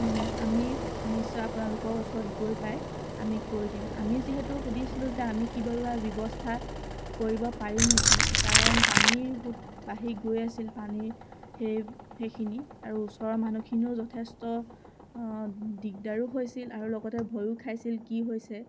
আমি নিশ্চয় আপোনালোকৰ ওচৰত গৈ পাই আমি কৰি দিম আমিও যিহেতু সুধিছিলোঁ যে আমি কিবা ব্যৱস্থা কৰিব পাৰিম নেকি কাৰণ পানীৰ সোঁত বাঢ়ি গৈ আছিল পানীৰ সেই সেইখিনি আৰু ওচৰৰ মানুহখিনিয়েও যথেষ্ট দিগদাৰো হৈছিল আৰু লগতে ভয়ো খাইছিল কি হৈছে